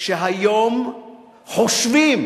שהיום חושבים